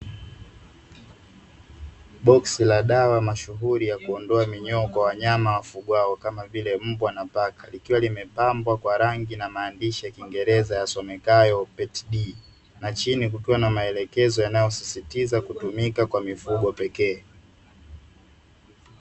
Boxi la dawa mashuhuri, ya kuondoa minyoo kwa wanyama wafugwao kama vile mbwa na paka, likiwa limepambwa kwa rangi na maandishi ya kiingereza yasomekayo (PETI E) na chini kukiwa na maelekezo yanayosisitiza kutumika kwa mifugo pekee.